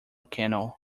canal